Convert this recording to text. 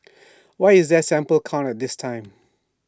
why is there A sample count this time